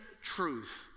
truth